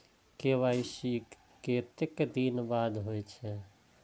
KYC कतेक दिन बाद होई छै?